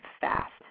fast